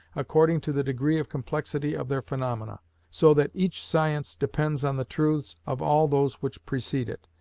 according to the degree of complexity of their phaenomena so that each science depends on the truths of all those which precede it,